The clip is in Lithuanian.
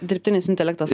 dirbtinis intelektas